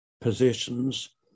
positions